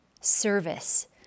service